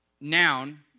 noun